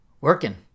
working